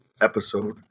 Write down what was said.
episode